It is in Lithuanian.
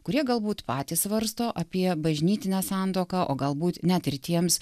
kurie galbūt patys svarsto apie bažnytinę santuoką o galbūt net ir tiems